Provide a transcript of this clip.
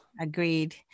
agreed